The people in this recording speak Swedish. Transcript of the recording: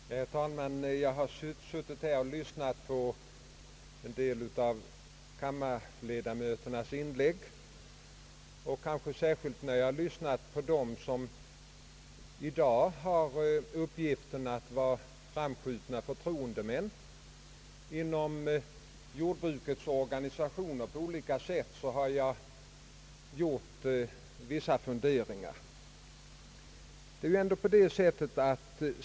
Herr talman! Jag har suttit här och lyssnat på en del av kammarledamöternas inlägg. Särskilt när jag har hört på dem som i dag haft uppgiften att vara framskjutna förtroendemän på olika sätt för jordbrukets organisationer, har jag gjort vissa funderingar.